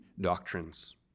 doctrines